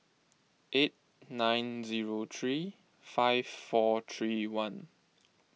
eight nine zero three five four three one